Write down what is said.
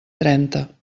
trenta